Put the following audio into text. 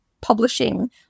publishing